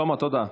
שלמה, תודה.